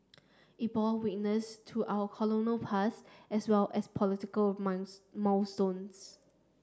it bore witness to our colonial past as well as political of month milestones